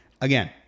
again